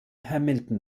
hamilton